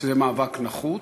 שזה מאבק נחות,